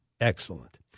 Excellent